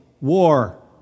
war